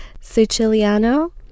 Siciliano